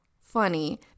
funny